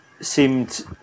seemed